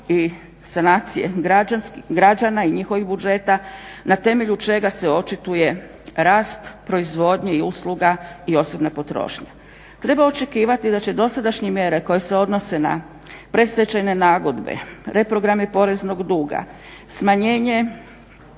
i sanacije građana i njihovih budžeta na temelju čega se očituje rast proizvodnje i usluga i osobna potrošnja. Treba očekivati da će dosadašnje mjere koje se odnose na predstečajne nagodbe, reprograme poreznog duga, smanjenje